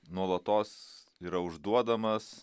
nuolatos yra užduodamas